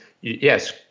yes